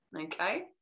okay